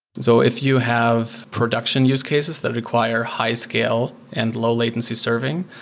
so if you have production use cases that require high scale and low latency serving,